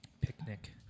picnic